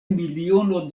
miliono